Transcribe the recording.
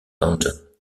london